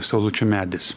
saulučių medis